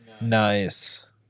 Nice